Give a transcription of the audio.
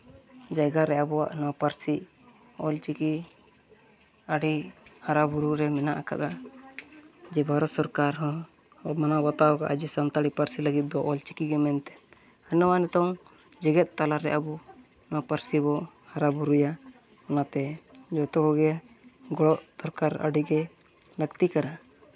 ᱡᱟᱭᱜᱟ ᱨᱮ ᱟᱵᱚᱣᱟᱜ ᱱᱚᱣᱟ ᱯᱟᱹᱨᱥᱤ ᱚᱞ ᱪᱤᱠᱤ ᱟᱹᱰᱤ ᱦᱟᱨᱟᱼᱵᱩᱨᱩ ᱨᱮ ᱢᱮᱱᱟᱜ ᱠᱟᱫᱟ ᱡᱮ ᱵᱷᱟᱨᱚᱛ ᱥᱚᱨᱠᱟᱨ ᱦᱚᱸ ᱢᱟᱱᱟᱣ ᱵᱟᱛᱟᱣ ᱠᱟᱜᱼᱟᱭ ᱡᱮ ᱥᱟᱱᱛᱟᱲᱤ ᱯᱟᱹᱨᱥᱤ ᱞᱟᱹᱜᱤᱫ ᱫᱚ ᱡᱮ ᱚᱞ ᱪᱤᱠᱤ ᱜᱮ ᱢᱮᱱᱛᱮ ᱱᱚᱣᱟ ᱱᱤᱛᱚᱝ ᱡᱮᱜᱮᱛ ᱛᱟᱞᱟᱨᱮ ᱟᱵᱚ ᱱᱚᱣᱟ ᱯᱟᱹᱨᱥᱤ ᱵᱚ ᱦᱟᱨᱟᱼᱵᱩᱨᱩᱭᱟ ᱚᱱᱟᱛᱮ ᱡᱚᱛᱚ ᱠᱚᱜᱮ ᱜᱚᱲᱚ ᱫᱚᱨᱠᱟᱨ ᱟᱹᱰᱤᱜᱮ ᱞᱟᱹᱠᱛᱤ ᱠᱟᱱᱟ